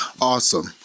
Awesome